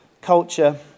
culture